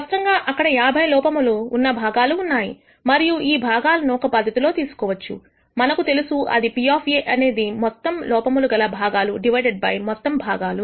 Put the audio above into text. స్పష్టంగా అక్కడ 50 లోపములు ఉన్నా భాగాలు ఉన్నాయి మరియు ఈ భాగాలను ఒక పద్ధతిలో తీసుకోవచ్చు మనకు తెలుసు అది P అనేది మొత్తం లోపములు గల భాగాలు డివైడెడ్ బై మొత్తం భాగాలు